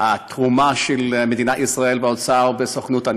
התרומה של מדינת ישראל והאוצר בסוכנות.